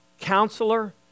Counselor